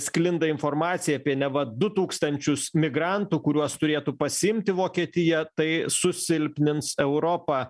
sklinda informacija apie neva du tūkstančius migrantų kuriuos turėtų pasiimti vokietija tai susilpnins europą